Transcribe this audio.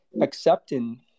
accepting